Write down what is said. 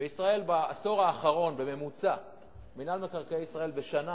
בישראל בעשור האחרון מינהל מקרקעי ישראל היה